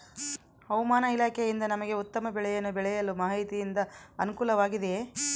ಹವಮಾನ ಇಲಾಖೆಯಿಂದ ನಮಗೆ ಉತ್ತಮ ಬೆಳೆಯನ್ನು ಬೆಳೆಯಲು ಮಾಹಿತಿಯಿಂದ ಅನುಕೂಲವಾಗಿದೆಯೆ?